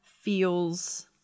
feels